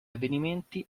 avvenimenti